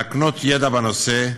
להקנות ידע בנושא,